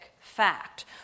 fact